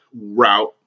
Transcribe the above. Route